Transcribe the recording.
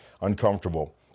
uncomfortable